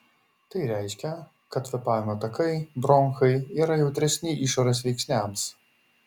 tai reiškia kad kvėpavimo takai bronchai yra jautresni išorės veiksniams